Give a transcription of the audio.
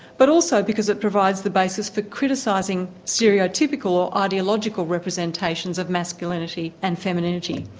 but also because it provides the basis for criticising stereotypical or ideological representations of masculinity and femininity,